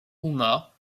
uma